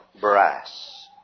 brass